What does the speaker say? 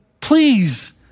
Please